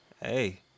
Hey